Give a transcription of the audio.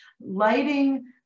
lighting